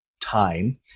time